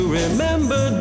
remember